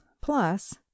plus